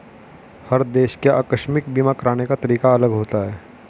हर देश के आकस्मिक बीमा कराने का तरीका अलग होता है